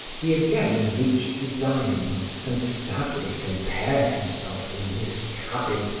he again reached the dining room and sadly compared himself, in this cabin,